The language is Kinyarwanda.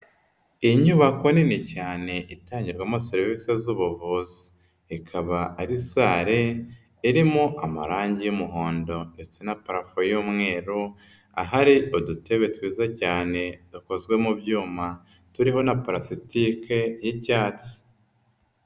Inyubako nini cyane itangirwamo serivisi z'ubuvuzi, ikaba ari sale irimo amarangi y'umuhondo ndetse na parafo y'umweru, ahari udutebe twiza cyane dukozwe mu byuma, turiho na palasitike y'icyatsi.